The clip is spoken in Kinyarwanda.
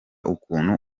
ukuntu